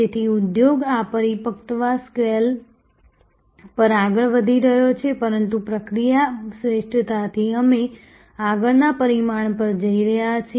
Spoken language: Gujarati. તેથી ઉદ્યોગ આ પરિપક્વતા સ્કેલ પર આગળ વધી રહ્યો છે પરંતુ પ્રક્રિયા શ્રેષ્ઠતાથી અમે આગળના પરિમાણ પર જઈ રહ્યા છીએ